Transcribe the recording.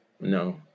No